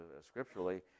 scripturally